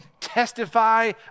testify